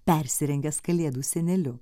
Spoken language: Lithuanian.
persirengęs kalėdų seneliu